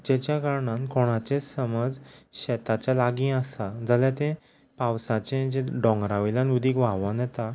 चेच्या कारणान कोणाचें समज शेताच्या लागीं आसा जाल्या तें पावसाचें जें डोंगरा वयल्यान उदीक व्हांवून येता